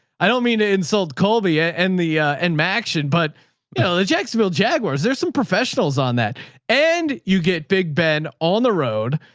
i don't mean to insult colby ah and the and match. and, but no, the jacksonville jaguars, there's some professionals on that and you get big ben on the road.